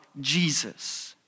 Jesus